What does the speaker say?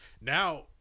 Now